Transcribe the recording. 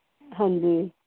ਹਾਂਜੀ